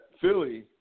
Philly